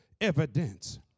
evidence